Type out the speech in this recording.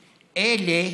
אלה,